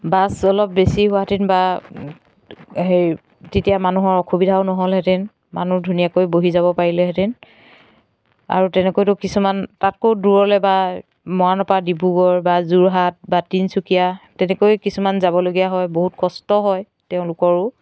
bus অলপ বেছি হোৱাহেঁতেন বা হেৰি তেতিয়া মানুহৰ অসুবিধাও নহ'লহেঁতেন মানুহ ধুনীয়াকৈ বহি যাব পাৰিলেহেঁতেন আৰু তেনেকৈতো কিছুমান তাতকৈ দূৰলৈ বা মৰাণৰ পৰা ডিব্ৰুগড় বা যোৰহাট বা তিনিচুকীয়া তেনেকৈ কিছুমান যাবলগীয়া হয় বহুত কষ্ট হয় তেওঁলোকৰো